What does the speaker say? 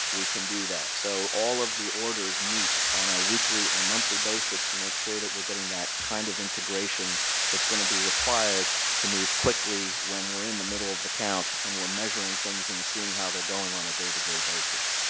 we can do that. so, all of the orders meet on a weekly and monthly basis to make sure we're getting that kind of integration that's going to be required to move quickly when we're in the middle of the count and we're measuring things and seeing how they are going on a day-to-day basis.